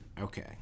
okay